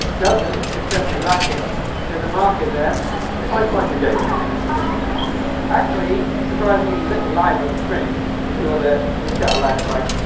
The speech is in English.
it's definitely lacking there's a market there. it's a tie fighter gaming actually surprisingly little lag on the screen to see what the shutter legs like.